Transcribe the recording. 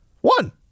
One